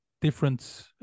different